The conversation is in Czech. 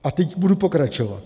A teď budu pokračovat.